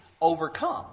overcome